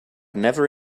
never